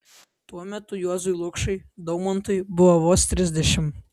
tuo metu juozui lukšai daumantui buvo vos trisdešimt